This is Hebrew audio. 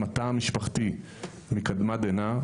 עם התא המשפחתי מקדמת דנא,